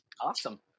Awesome